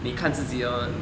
你看自己 lor